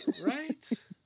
Right